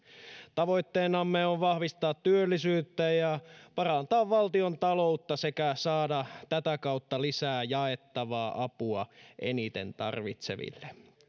tavoitteenamme on vahvistaa työllisyyttä ja parantaa valtiontaloutta sekä saada tätä kautta lisää jaettavaa apua eniten tarvitseville